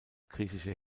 griechische